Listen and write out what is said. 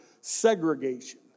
segregation